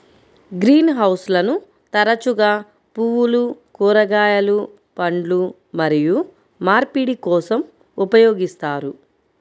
green హౌస్లను తరచుగా పువ్వులు, కూరగాయలు, పండ్లు మరియు మార్పిడి కోసం ఉపయోగిస్తారు